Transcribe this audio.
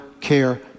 care